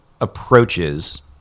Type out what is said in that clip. approaches